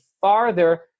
farther